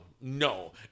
no